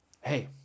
hey